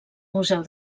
museu